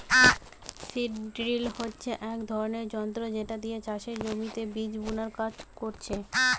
seed drill হচ্ছে এক ধরণের যন্ত্র যেটা দিয়ে চাষের জমিতে বীজ বুনার কাজ করছে